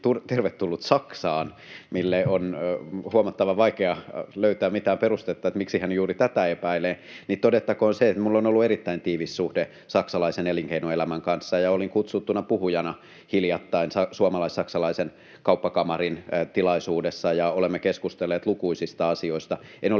tervetullut Saksaan — mille on huomattavan vaikea löytää mitään perustetta, miksi hän juuri tätä epäilee — niin todettakoon se, että minulla on ollut erittäin tiivis suhde saksalaisen elinkeinoelämän kanssa. Olin kutsuttuna puhujana hiljattain Saksalais-Suomalaisen Kauppakamarin tilaisuudessa, ja olemme keskustelleet lukuisista asioista. En ole